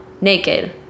naked